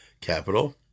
capital